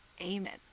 Amen